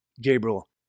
Gabriel